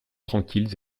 tranquilles